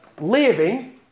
living